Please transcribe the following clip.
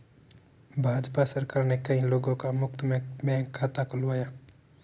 भाजपा सरकार ने कई लोगों का मुफ्त में बैंक खाता खुलवाया